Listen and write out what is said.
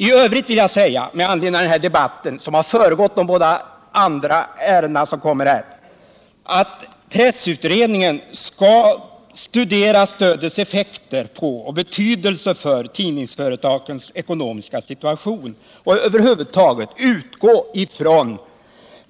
I övrigt vill jag — med anledning av den debatt som föregått de båda andra ärenden som närmast kommer upp här — säga att pressutredningen skall studera stödets effekter på och betydelse för tidningsföretagens ekonomiska situation och över huvud taget utgå från